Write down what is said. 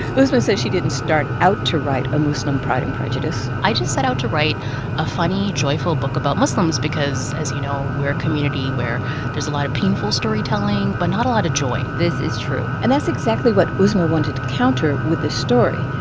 uzma says she didn't start out to write a muslim pride and prejudice. i just set out to write a funny, joyful book about muslims because, as you know, we're a community where there's a lot of painful storytelling, but not a lot of joy this is true and that's exactly what uzma wanted to counter with this story.